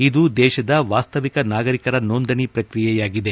ಇದು ದೇಶದ ವಾಸ್ತವಿಕ ನಾಗರಿಕರ ನೋಂದಣಿ ಪ್ರಕ್ರಿಯೆಯಾಗಿದೆ